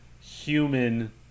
human